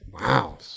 wow